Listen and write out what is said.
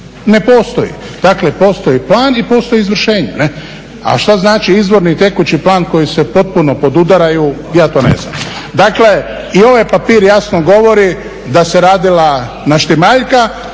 ne postoji. Dakle, postoji plan i postoji izvršenje. A šta znači izvorni i tekući plan koji se potpuno podudaraju, ja to ne znam. Dakle, i ovaj papir jasno govori da se radila naštimaljka